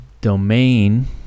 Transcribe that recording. domain